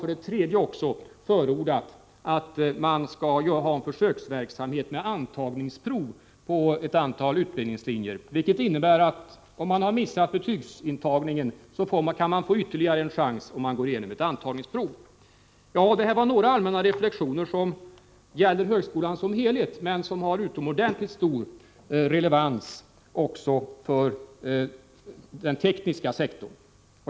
För det tredje har vi förordat en försöksverksamhet med antagningsprov på ett antal utbildningslinjer, vilket innebär att den som missat betygsintagningen kan få ytterligare en chans genom att gå igenom ett antagningsprov. Det här var några allmänna reflexioner som gäller högskolan som helhet men som har utomordentligt stor relevans för den tekniska sektorn.